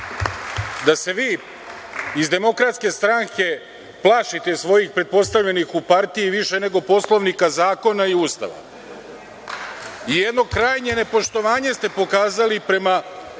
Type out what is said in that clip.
da se vi iz DS plašite svojih pretpostavljenih u partiji više nego Poslovnika, zakona i Ustava i jedno krajnje nepoštovanje ste pokazali prema